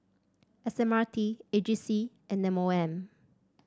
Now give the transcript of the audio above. S M R T A G C and M O M